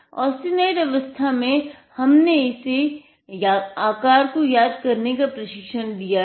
austenite अवस्था में हमने इसे आकार को याद करने का प्रशिक्षण दिया है